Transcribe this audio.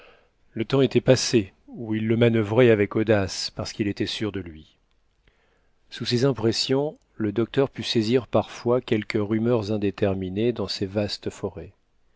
le temps était passé où il le manuvrait avec audace parce qu'il était sûr de lui sous ces impressions le docteur put saisir parfois quelques rumeurs indéterminées dans ces vastes forêts